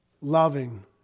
loving